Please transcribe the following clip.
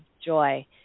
Joy